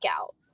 out